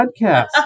podcast